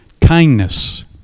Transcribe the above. Kindness